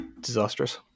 disastrous